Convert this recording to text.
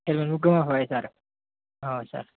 हेलमेटबो गोमाफाबाय सार औ सार